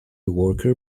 worker